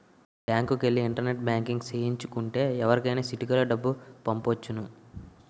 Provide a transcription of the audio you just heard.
బ్యాంకుకెల్లి internet banking సేయించు కుంటే ఎవరికైనా సిటికలో డబ్బులు పంపొచ్చును